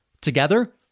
Together